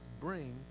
bring